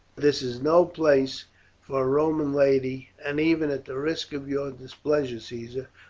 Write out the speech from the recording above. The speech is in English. this is no place for a roman lady and even at the risk of your displeasure, caesar,